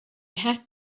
had